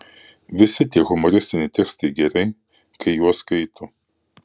visi tie humoristiniai tekstai gerai kai juos skaito